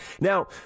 Now